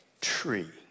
tree